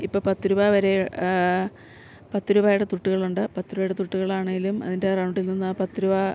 ഇപ്പം പത്ത് രൂപ വരെ പത്ത് രൂപയുടെ തുട്ടുകളുണ്ട് പത്ത് രൂപയുടെ തുട്ടുകളാണെങ്കിലും അതിൻ്റെ റൗണ്ടിൽ നിന്ന് ആ പത്ത് രൂപ